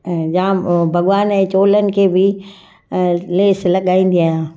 या भॻवान जे चोलनि खे बि लेस लॻाईंदी आहियां